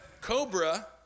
Cobra